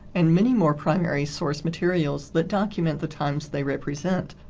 and many more primary source materials that document the times they represent.